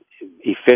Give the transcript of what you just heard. efficient